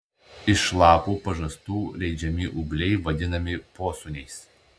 iš lapų pažastų leidžiami ūgliai vadinami posūniais